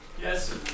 Yes